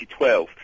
2012